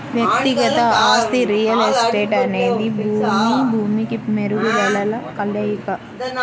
వ్యక్తిగత ఆస్తి రియల్ ఎస్టేట్అనేది భూమి, భూమికి మెరుగుదలల కలయిక